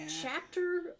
chapter